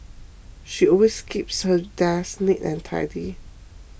she always keeps her desk neat and tidy